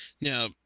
Now